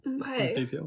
Okay